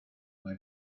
mae